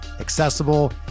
accessible